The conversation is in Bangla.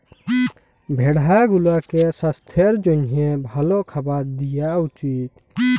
ভেড়া গুলাকে সাস্থের জ্যনহে ভাল খাবার দিঁয়া উচিত